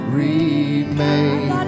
remain